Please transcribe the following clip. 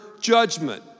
judgment